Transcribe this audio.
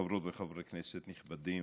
חברות וחברי כנסת נכבדים,